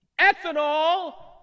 ethanol